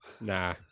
Nah